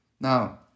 Now